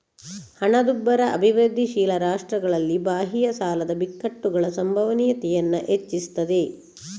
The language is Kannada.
ಹಣದುಬ್ಬರ ಅಭಿವೃದ್ಧಿಶೀಲ ರಾಷ್ಟ್ರಗಳಲ್ಲಿ ಬಾಹ್ಯ ಸಾಲದ ಬಿಕ್ಕಟ್ಟುಗಳ ಸಂಭವನೀಯತೆಯನ್ನ ಹೆಚ್ಚಿಸ್ತದೆ